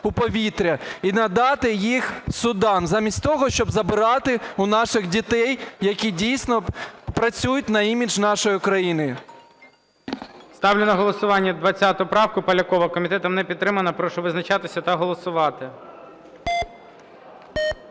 в повітря, і надати їх судам замість того, щоб забирати у наших дітей, які дійсно працюють на імідж нашої країни? ГОЛОВУЮЧИЙ. Ставлю на голосування 20 правку Полякова. Комітетом не підтримана. Прошу визначатися та голосувати.